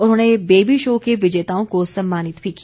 उन्होंने baby show के विजेताओं को सम्मानित किया